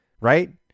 right